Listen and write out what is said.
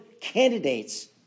candidates